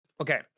Okay